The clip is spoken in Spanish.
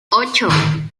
ocho